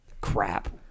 Crap